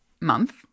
month